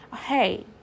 hey